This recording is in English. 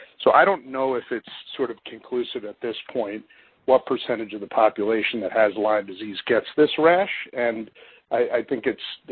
so, i don't know if it's sort of conclusive at this point what percentage of the population that has lyme disease gets this rash, and i think it's,